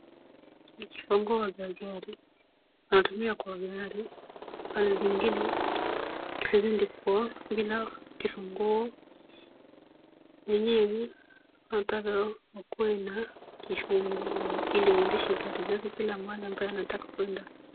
Ni kifunguo za gari. Wanatumia kwa gari, mara zingine, kurudi kwa bila kifunguo, wenyewe wanataka wakuwe na kifunguo ili waendeshe gari zake kila mahali ambapo wanataka kuenda.